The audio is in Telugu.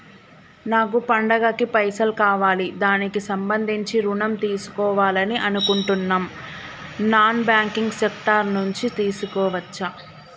నాకు పండగ కి పైసలు కావాలి దానికి సంబంధించి ఋణం తీసుకోవాలని అనుకుంటున్నం నాన్ బ్యాంకింగ్ సెక్టార్ నుంచి తీసుకోవచ్చా?